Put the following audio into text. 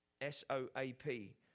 S-O-A-P